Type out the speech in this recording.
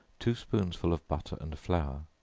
two spoonsful of butter and flour